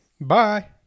bye